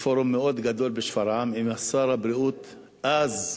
בפורום מאוד גדול בשפרעם עם שר הבריאות אז,